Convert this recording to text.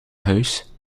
huis